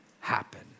happen